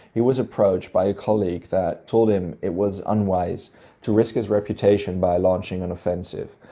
he was approached by a colleague that told him it was unwise to risk his reputation by launching an offensive.